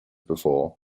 before